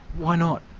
why not?